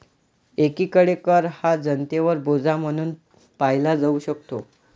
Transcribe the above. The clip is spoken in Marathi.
एकीकडे कर हा जनतेवर बोजा म्हणून पाहिला जाऊ शकतो